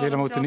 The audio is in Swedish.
Fru talman! Jag tar upp